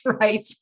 right